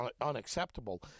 unacceptable